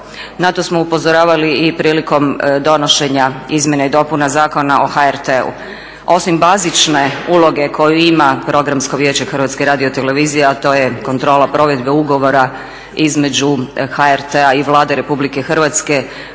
Na to smo upozoravali i prilikom donošenja Izmjena i dopunama Zakona o HRT-u. Osim bazične uloge koju ima Programsko vijeće Hrvatske radiotelevizije a to je kontrola provedbe ugovora između HRT-a i Vlade Republike Hrvatske